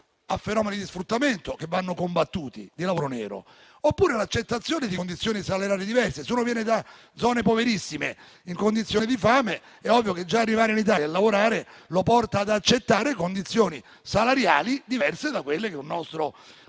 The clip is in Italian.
a fenomeni di sfruttamento, che vanno combattuti, e di lavoro nero, oppure attraverso l'accettazione di condizioni salariali diverse. Se uno viene da zone poverissime, in condizioni di fame, è ovvio che già il fatto di arrivare in Italia a lavorare lo porta ad accettare condizioni salariali diverse da quelle di un nostro